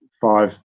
five